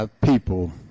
people